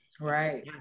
Right